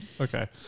Okay